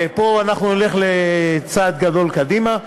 ופה אנחנו נלך לצעד גדול קדימה.